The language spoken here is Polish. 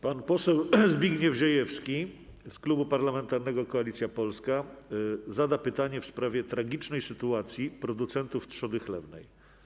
Pan poseł Zbigniew Ziejewski z Klubu Parlamentarnego Koalicja Polska zada pytanie w sprawie tragicznej sytuacji producentów trzody chlewnej.